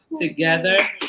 together